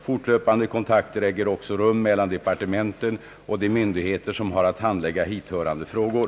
Fortlöpande kontakter äger också rum mellan departementen och de myndigheter som har att handlägga hithörande frågor.